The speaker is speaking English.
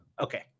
Okay